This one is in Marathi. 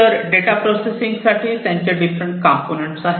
तर डेटा प्रोसेसिंग साठी त्यांचे डिफरंट कंपोनेंट आहेत